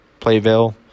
Playville